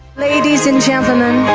ladies and gentlemen,